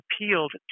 appealed